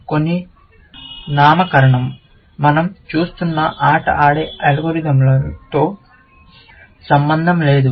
కొన్ని నామకరణం మన০ చూస్తున్న ఆట ఆడే అల్గోరిథంతో సంబంధం లేదు